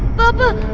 papa,